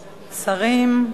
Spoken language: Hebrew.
שרים,